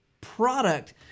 product